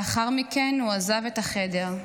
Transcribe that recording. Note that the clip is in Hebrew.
לאחר מכן הוא עזב את החדר,